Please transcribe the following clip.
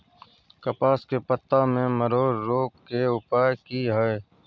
कपास के पत्ता में मरोड़ रोग के उपाय की हय?